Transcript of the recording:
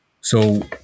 So-